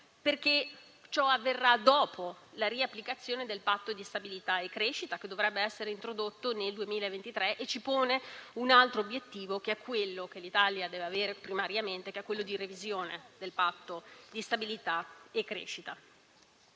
perché ciò avverrà temporalmente dopo la reintroduzione del Patto di stabilità e crescita, che dovrebbe essere introdotto nel 2023 e che ci pone un altro obiettivo, quello che l'Italia deve avere primariamente, ovvero la revisione del Patto di stabilità e crescita.